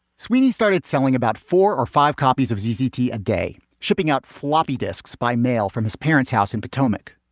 sweeneys started selling about four or five copies of ddt a day, shipping out floppy disks by mail from his parents house and potomac.